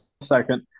second